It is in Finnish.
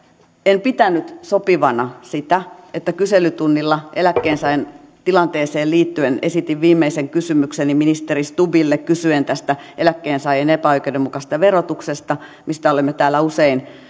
en pitänyt sopivana sitä että kun kyselytunnilla eläkkeensaajan tilanteeseen liittyen esitin viimeisen kysymykseni ministeri stubbille kysyen tästä eläkkeensaajien epäoikeudenmukaisesta verotuksesta mistä olemme täällä usein